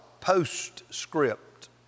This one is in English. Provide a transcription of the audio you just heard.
postscript